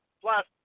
plus